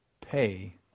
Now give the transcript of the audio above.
pay